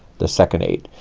the second eight.